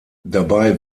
dabei